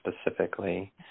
specifically